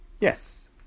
Yes